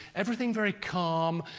everything very calm.